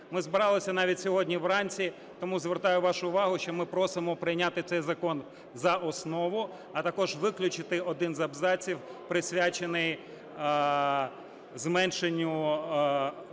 Ми збиралися навіть сьогодні вранці. Тому звертаю вашу увагу, що ми просимо прийняти цей закон за основу, а також виключити один з абзаців, присвячений зменшенню оплати